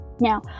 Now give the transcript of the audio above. Now